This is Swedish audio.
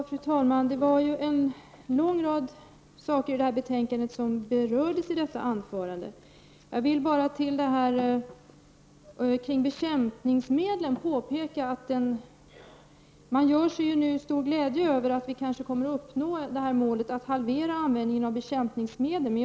Fru talman! Jan Fransson berörde i sitt anförande en lång rad frågor som tas upp i betänkandet. Angående bekämpningsmedel vill jag göra ett påpekande. Man gör sig nu stor glädje över att målet att halvera användningen av bekämpningsmedel kommer att uppnås.